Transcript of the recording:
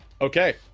Okay